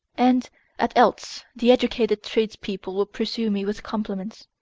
and at eltz the educated trades-people will pursue me with compliments.